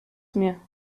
mir